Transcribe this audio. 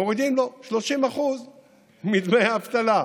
מורידים לו 30% מדמי האבטלה.